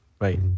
right